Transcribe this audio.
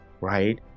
right